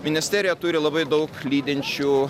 ministerija turi labai daug lydinčių